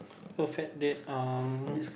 perfect date um